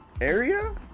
area